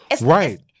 Right